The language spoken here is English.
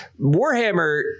Warhammer